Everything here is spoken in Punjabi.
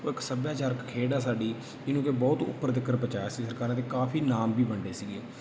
ਉਹ ਇੱਕ ਸੱਭਿਆਚਾਰਕ ਖੇਡ ਆ ਸਾਡੀ ਜਿਹਨੂੰ ਕਿ ਬਹੁਤ ਉੱਪਰ ਤੱਕਰ ਪਹੁੰਚਾਇਆ ਸੀ ਸਰਕਾਰਾਂ ਨੇ ਕਾਫੀ ਇਨਾਮ ਵੀ ਵੰਡੇ ਸੀਗੇ